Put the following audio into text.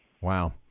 Wow